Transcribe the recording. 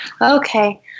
Okay